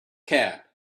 cab